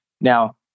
Now